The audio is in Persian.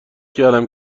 کردم